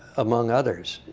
among others.